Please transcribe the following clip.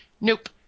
Nope